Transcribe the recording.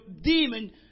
demon